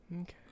okay